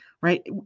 right